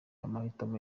amahitamo